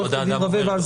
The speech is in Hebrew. עורכת הדין רווה.